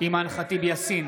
אימאן ח'טיב יאסין,